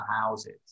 houses